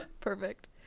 Perfect